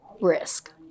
risk